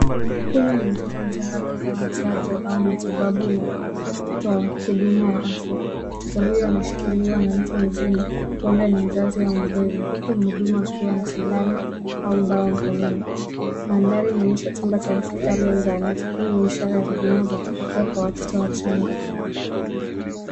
Huyu ni mtoto mchanga akipewa chanjo au matibabu na mtoa huduma wa afya. Mtoto huyo anashikiliwa na mtu mzima huenda ni mzazi au mlezi huku mhudumu akiwa na sindano au dawa mkononi. Mandhari inaonyesha chumba cha hospitali au zahanati. Hii ni ishara ya huduma za afya kwa watoto wachanga.